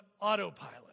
autopilot